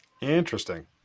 Interesting